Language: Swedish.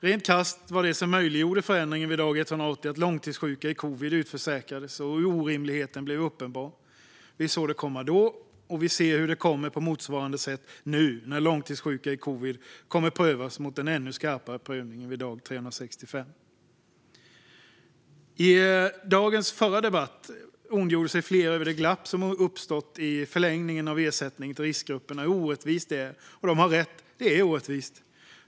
Rent krasst var det som möjliggjorde förändringen vid dag 180 att långtidssjuka i covid utförsäkrades och att orimligheten blev uppenbar. Vi såg det komma då, och vi ser hur det kommer på motsvarande sätt nu när långtidssjuka i covid kommer att prövas mot den ännu skarpare prövningen vid dag 365. I dagens förra debatt ondgjorde sig flera över det glapp som uppstått i förlängningen av ersättningen till riskgrupperna och hur orättvist det är. De har rätt - det är orättvist.